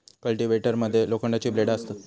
cultivator मध्ये लोखंडाची ब्लेडा असतत